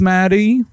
Maddie